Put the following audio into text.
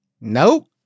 Nope